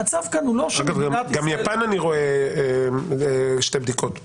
המצב כאן הוא לא שמדינת ישראל --- גם ביפן אני רואה שתי בדיקות,